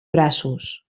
braços